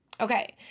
Okay